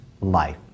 life